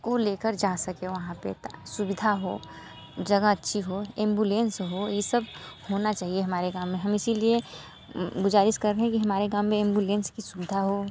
को ले कर जा सकें वहाँ पर तो सुविधा हो जगह अच्छी हो एम्बुलेंस हो ये सब होना चाहिए हमारे गाँव में हम इसी लिए गुज़ारिश कर रहें कि हमारे गाँव में एम्बुलेंस की सुविधा हो